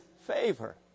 favor